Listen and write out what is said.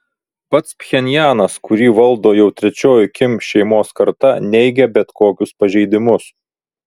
pats pchenjanas kurį valdo jau trečioji kim šeimos karta neigia bet kokius pažeidimus